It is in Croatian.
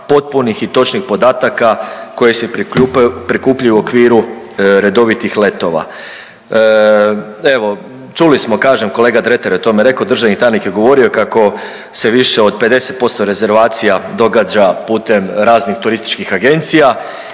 potpunih i točnih podataka koje se prikupljaju u okviru redovitih letova. Evo čuli smo kažem kolega Dretar je o tome rekao, državni tajnik je govorio kako se više od 50% rezervacija događa putem raznih turističkih agencija